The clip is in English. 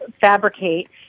Fabricate